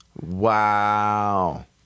Wow